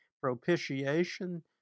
propitiation